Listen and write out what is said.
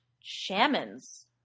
shaman's